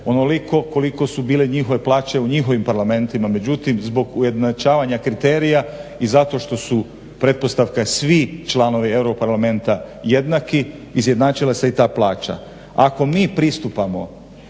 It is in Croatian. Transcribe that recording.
onoliko koliko su bile njihove plaće u njihovim parlamentima. Međutim zbog ujednačavanja kriterija i zato što su pretpostavka je svi članovi EU parlamentarni jednaki izjednačila se i ta plaća. Ako mi pristupamo